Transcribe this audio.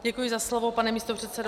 Děkuji za slovo, pane místopředsedo.